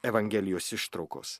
evangelijos ištraukos